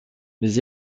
les